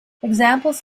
examples